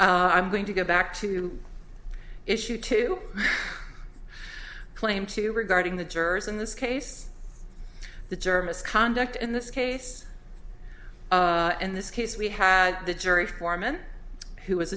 scenario i'm going to go back to issue two claim two regarding the jurors in this case the germans conduct in this case in this case we had the jury foreman who was